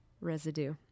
residue